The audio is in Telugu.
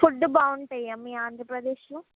ఫుడ్ బాగుంటుందా మీ ఆంధ్రప్రదేశ్లో